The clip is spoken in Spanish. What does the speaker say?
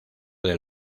del